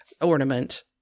ornament